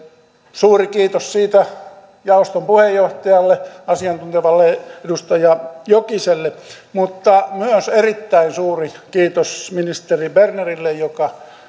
suuri kiitos siitä jaoston puheenjohtajalle asiantuntevalle edustaja jokiselle mutta myös erittäin suuri kiitos ministeri bernerille joka